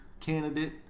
Candidate